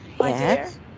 Yes